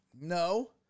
No